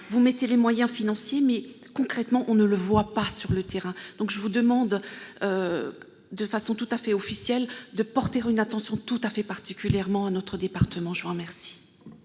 Vous mettez les moyens financiers, mais, concrètement, on ne les voit pas sur le terrain. Je vous demande donc, de façon tout à fait officielle, de porter une attention toute particulière à notre département. La parole